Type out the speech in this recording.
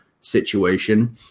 situation